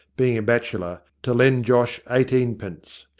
being a bachelor, to lend josh eighteenpence.